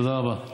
תודה רבה.